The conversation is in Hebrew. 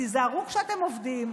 תיזהרו כשאתם עובדים,